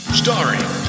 starring